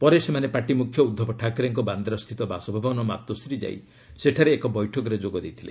ପରେ ସେମାନେ ପାର୍ଟି ମୁଖ୍ୟ ଉଦ୍ଧବ ଠାକ୍ରେଙ୍କ ବାନ୍ଦ୍ରାସ୍ଥିତ ବାସଭବନ 'ମାତୋଶ୍ରୀ' ଯାଇ ସେଠାରେ ଏକ ବୈଠକରେ ଯୋଗ ଦେଇଥିଲେ